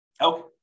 Okay